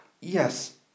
Yes